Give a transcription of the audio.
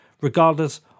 regardless